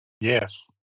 Yes